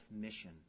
mission